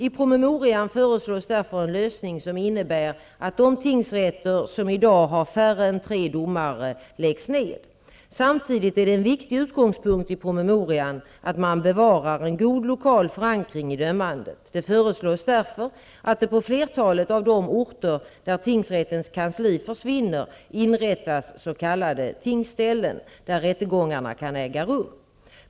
I promemorian föreslås därför en lösning som innebär att de tingsrätter som i dag har färre än tre domare läggs ned. Samtidigt är det en viktig utgångspunkt i promemorian att man bevarar en god lokal förankring i dömandet. Det föreslås därför att det på flertalet av de orter där tingsrättens kansli försvinner inrättas s.k. tingsställen, där rättegångarna kan äga rum.